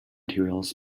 materials